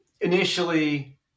initially